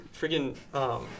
freaking